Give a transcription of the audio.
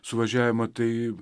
suvažiavimą tai